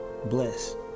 Bless